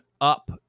up